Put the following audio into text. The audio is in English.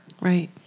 Right